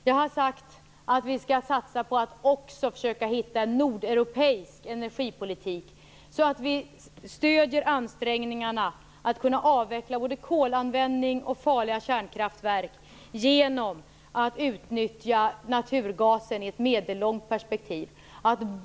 Jag har sagt att vi skall satsa på att också försöka hitta en nordeuropeisk energipolitik så att vi stöder ansträngningarna att avveckla både kolanvändning och farliga kärnkraftverk genom att utnyttja naturgas i ett medellångt perspektiv.